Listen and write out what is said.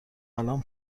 الان